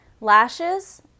lashes